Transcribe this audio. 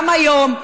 גם היום,